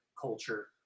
culture